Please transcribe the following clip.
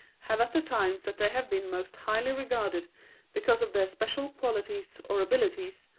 have at the times that they have been most highly regarded because of their special qualities or abilities,